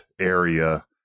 area